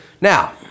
Now